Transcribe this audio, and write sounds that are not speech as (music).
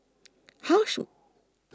how (unintelligible)